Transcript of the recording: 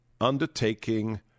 undertaking